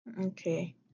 okay